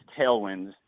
tailwinds